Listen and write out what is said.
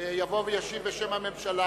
יבוא וישיב בשם הממשלה.